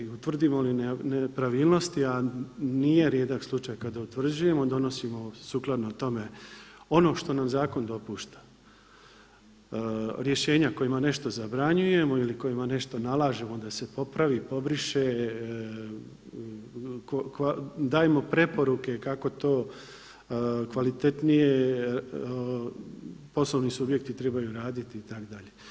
I utvrdimo li nepravilnosti a nije rijedak slučaj kada utvrđujemo, donosimo sukladno tome ono što nam zakon dopušta, rješenja kojima nešto zabranjujemo ili kojima nešto nalažemo da se popravi, pobriše, kojima dajemo preporuke kako to kvalitetnije, poslovni subjekti trebaju raditi itd.